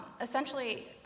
Essentially